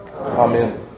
Amen